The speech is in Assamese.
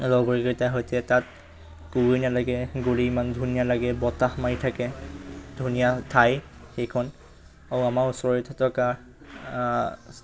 লগৰীকেইটাৰ সৈতে তাত ক'বই নালাগে ঘূৰি ইমান ধুনীয়া লাগে বতাহ মাৰি থাকে ধুনীয়া ঠাই সেইখন আৰু আমাৰ ওচৰতে থকা